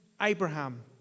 Abraham